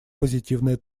позитивная